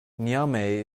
niamey